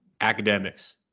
academics